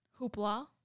hoopla